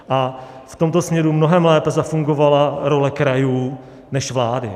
A v tomto směru mnohem lépe zafungovala role krajů než vlády.